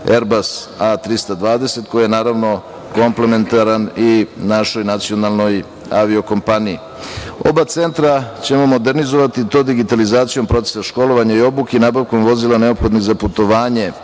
Erbas A320, koji je, naravno, komplementaran i našoj nacionalnoj avio-kompaniji. Oba centra ćemo modernizovati i to digitalizacijom procesa školovanja i obuke i nabavkom vozila neophodnih za putovanje